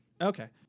Okay